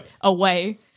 away